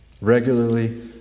Regularly